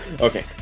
Okay